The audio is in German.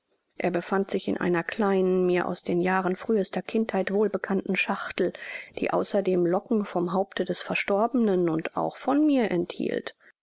er befand sich in einer kleinen mir aus den jahren frühester kindheit wohlbekannten schachtel die außerdem locken vom haupte des verstorbenen und auch von mir enthielt